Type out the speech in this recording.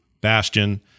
Bastion